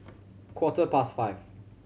quarter past five